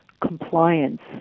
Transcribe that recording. compliance